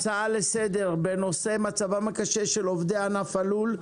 הצעה לסדר בנושא מצבם הקשה של עובדי ענף הלול,